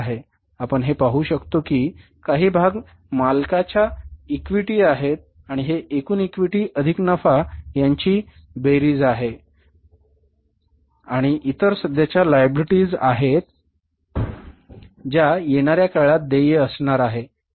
आपण हे पाहू शकतो की काही भाग मालकांची इक्विटी आहे आणि हे एकूण इक्विटी अधिक नफा यांची बेरीज आहे आणि काही इतर सध्याच्या liabilities आहेत जे येणाऱ्या काळात देय असणार आहे